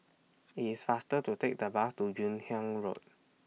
IT IS faster to Take The Bus to Hun Yeang Road